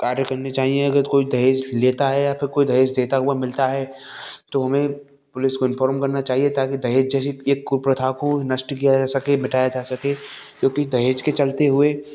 कार्य करने चाहिए अगर कोई दहेज लेता है या फ़िर कोई दहेज देता हुआ मिलता है तो हमें पुलिस को इन्फॉर्म करना चाहिए ताकि दहेज जैसी यह कुप्रथा को नष्ट किया जा सके मिटाया जा सके क्योंकि दहेज के चलते हुए